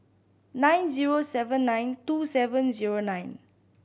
nine zero seven nine two seven zero nine